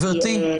גברתי,